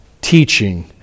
teaching